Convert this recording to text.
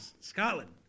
Scotland